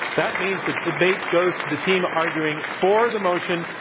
that means the debate goes to the team arguing for the motion,